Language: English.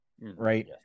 Right